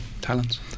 talents